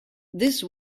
this